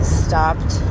stopped